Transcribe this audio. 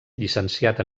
llicenciat